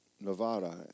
Nevada